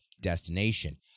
destination